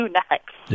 next